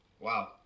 Wow